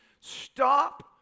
Stop